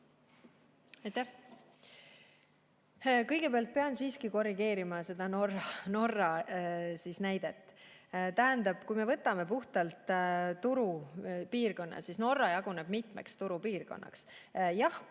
Kõigepealt pean siiski korrigeerima seda Norra näidet. Tähendab, kui me võtame puhtalt turupiirkonna, siis Norra jaguneb mitmeks turupiirkonnaks. Jah,